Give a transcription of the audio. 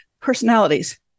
personalities